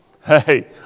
Hey